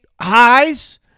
highs